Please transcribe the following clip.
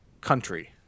country